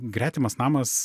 gretimas namas